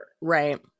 right